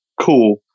cool